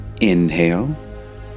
inhale